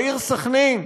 בעיר סח'נין,